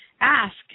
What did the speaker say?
Ask